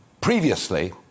Previously